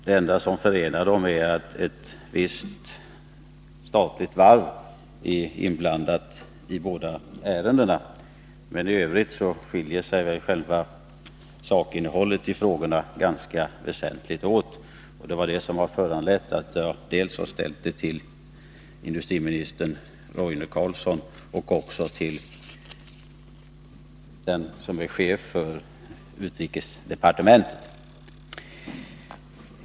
Det enda som förenar dem är att ett visst statligt varv är inblandat i båda ärendena, men i övrigt skiljer sig själva sakinnehållet i interpellationen och frågan ganska väsentligt åt — det var detta som föranledde mig att vända mig till både statsrådet Roine Carlsson och chefen för utrikesdepartementet.